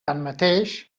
tanmateix